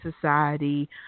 society